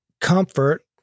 comfort